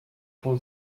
for